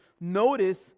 Notice